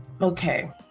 Okay